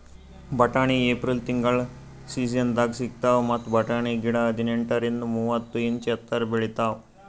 ಬಟಾಣಿ ಏಪ್ರಿಲ್ ತಿಂಗಳ್ ಸೀಸನ್ದಾಗ್ ಸಿಗ್ತಾವ್ ಮತ್ತ್ ಬಟಾಣಿ ಗಿಡ ಹದಿನೆಂಟರಿಂದ್ ಮೂವತ್ತ್ ಇಂಚ್ ಎತ್ತರ್ ಬೆಳಿತಾವ್